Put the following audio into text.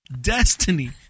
Destiny